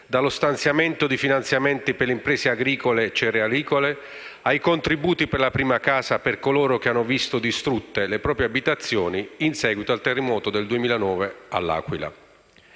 dallo stanziamento di finanziamenti per le imprese agricole cerealicole, ai contributi per la prima casa per coloro che hanno visto distrutte le proprie abitazioni in seguito al terremoto del 2009 a L'Aquila.